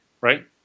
right